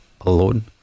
alone